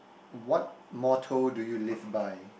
what motto do you live by